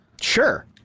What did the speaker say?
Sure